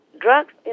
Drugs